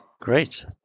great